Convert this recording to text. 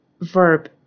verb